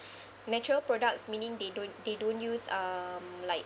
natural products meaning they don't they don't use um like